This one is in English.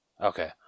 Okay